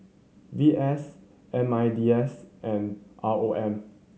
V S M I N D S and R O M